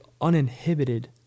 uninhibited